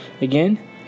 Again